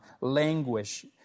languish